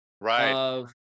Right